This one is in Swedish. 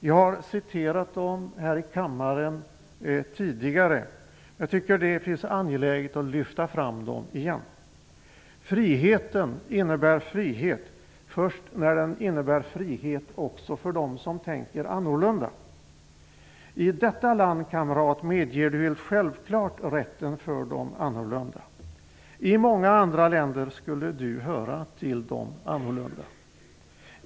Jag har citerat dem här i kammaren tidigare, och jag tycker att det är angeläget att lyfta fram dem igen: ''Friheten innebär frihet först när den innebär frihet också för dem som tänker annorlunda. I detta land, kamrat, medger du helt självklart rätten för de annorlunda. I många andra länder skulle du höra till de annorlunda.